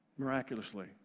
Miraculously